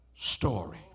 story